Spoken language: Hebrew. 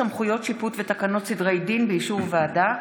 סמכויות שיפוט ותקנות סדרי דין באישור ועדה),